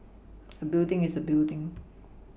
a building is a building